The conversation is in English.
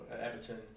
Everton